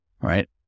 right